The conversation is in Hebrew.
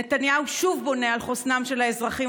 נתניהו שוב בונה על חוסנם של האזרחים,